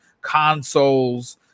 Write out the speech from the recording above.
consoles